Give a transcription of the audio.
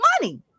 money